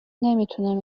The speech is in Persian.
نمیتونم